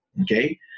Okay